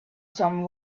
some